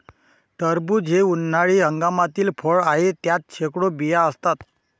टरबूज हे उन्हाळी हंगामातील फळ आहे, त्यात शेकडो बिया असतात